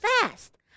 fast